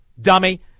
dummy